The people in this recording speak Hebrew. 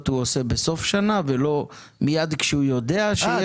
הוא עושה בסוף שנה ולא מיד כשהוא יודע שיש?